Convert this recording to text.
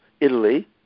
Italy